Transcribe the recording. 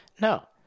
No